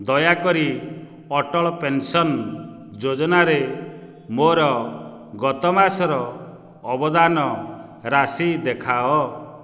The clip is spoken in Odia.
ଦୟାକରି ଅଟଳ ପେନ୍ସନ୍ ଯୋଜନାରେ ମୋର ଗତ ମାସର ଅବଦାନ ରାଶି ଦେଖାଅ